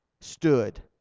stood